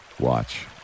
watch